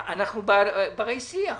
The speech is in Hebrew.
אנחנו ברי שיח.